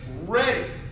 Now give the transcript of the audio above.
ready